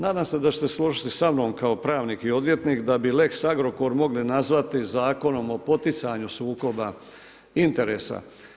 Nadam se da ćete se složiti sa mnom, kao pravnik i odvjetnik, da bi lex Agrokor, mogli nazvati zakonom o poticanju sukoba interesa.